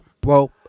bro